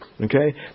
Okay